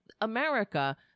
america